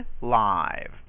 live